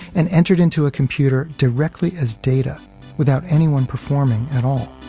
and entered into a computer directly as data without anyone performing at all.